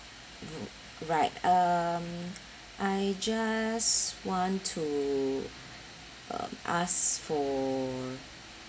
mm right um I just want to uh ask for